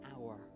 hour